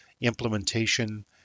implementation